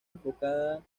enfocada